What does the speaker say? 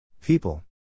People